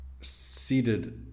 seated